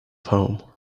home